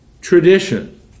tradition